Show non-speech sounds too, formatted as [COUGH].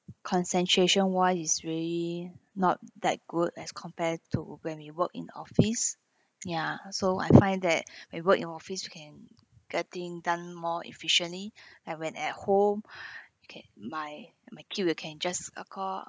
concentration why is really not that good as compared to when we work in office ya so I find that [BREATH] we work in office you can getting done more efficiently [BREATH] and when at home [BREATH] okay my my kid uh can just